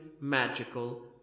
magical